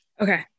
Okay